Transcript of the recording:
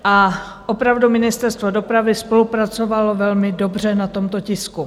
A opravdu Ministerstvo dopravy spolupracovalo velmi dobře na tomto tisku.